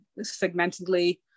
segmentedly